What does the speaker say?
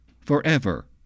forever